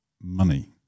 money